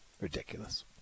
Ridiculous